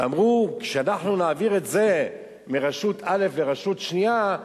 אמרו, כשאנחנו נעביר את זה מרשות א' לרשות שנייה,